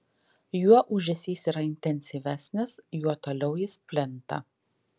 juo ūžesys yra intensyvesnis juo toliau jis plinta